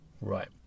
Right